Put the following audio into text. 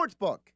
Sportsbook